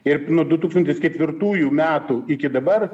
ir nu du tūkstantis ketvirtųjų metų iki dabar